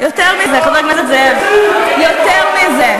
מזה, חבר הכנסת זאב, יותר מזה: